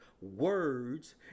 Words